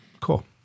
Cool